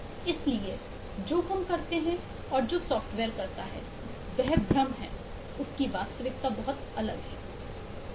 इसलिए जो हम करते हैं और जो सॉफ्टवेयर करता है वह भ्रम है उसकी वास्तविकता बहुत अलग है